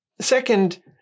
Second